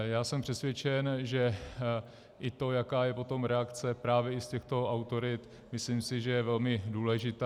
Já jsem přesvědčen, že i to, jaká je potom reakce právě i z těchto autorit, myslím si, že je velmi důležitá.